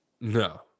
No